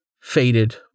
faded